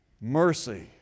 mercy